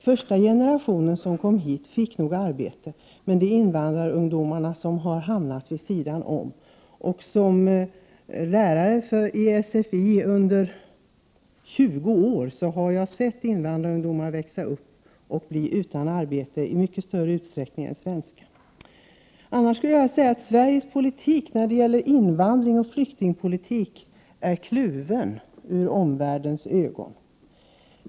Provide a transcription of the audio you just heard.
Första generationen invandrare som kom hit fick arbete, men ungdomarna har kommit att hamna vid sidan om. Som lärare i sfi i 20 år har jag sett invandrarungdomar växa upp och bli utan arbete i större utsträckning än svenska ungdomar. Annars skulle jag vilja säga att Sveriges flyktingoch invandrarpolitik är kluven i omvärldens ögon.